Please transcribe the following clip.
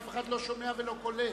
אף אחד לא שומע ולא קולט.